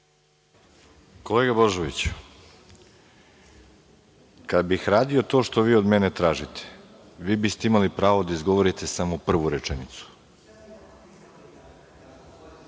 Kolega Božoviću, kad bih radio to što vi od mene tražite, vi biste imali pravo da izgovorite samo prvu rečenicu. Pravo